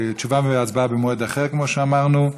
תשובה והצבעה במועד אחר, כמו שאמרנו.